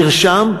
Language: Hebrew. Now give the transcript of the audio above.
נרשם,